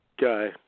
guy